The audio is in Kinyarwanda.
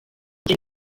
njye